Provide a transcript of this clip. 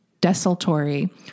desultory